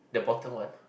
the bottom one